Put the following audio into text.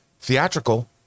theatrical